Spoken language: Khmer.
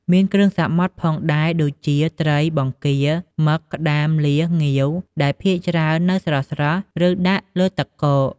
មានគ្រឿងសមុទ្រផងដែរដូចជា ត្រី បង្គា មឹក ក្តាម លៀស ងាវ ដែលភាគច្រើននៅស្រស់ៗ ឬដាក់លើទឹកកក។